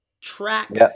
track